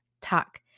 Talk